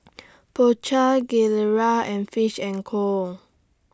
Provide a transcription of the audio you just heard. Po Chai Gilera and Fish and Co